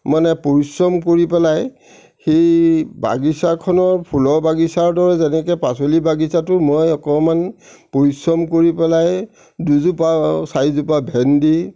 মানে পৰিশ্ৰম কৰি পেলাই সেই বাগিচাখনত ফুলৰ বাগিচাৰ দৰে যেনেকে পাচলি বাগিচাটো মই অকণমান পৰিশ্ৰম কৰি পেলাই দুজোপা চাৰিজোপা ভেন্দি